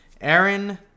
Aaron